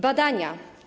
Badania.